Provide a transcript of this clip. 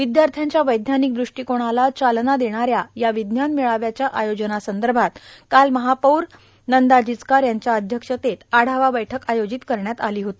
विद्यार्थ्यांच्या वैज्ञानिक दृष्टीकोनाला चालना देणाऱ्या या विज्ञान मेळाव्याच्या आयोजनांसदर्भात काल महापौर नंदा जिचकार यांच्या अध्यक्षतेत आढावा बैठक आयोजित करण्यात आली होती